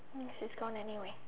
this is gone anyway